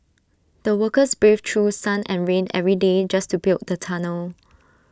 the workers braved through sun and rain every day just to build the tunnel